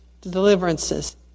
deliverances